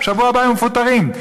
בשבוע הבא הם מפוטרים.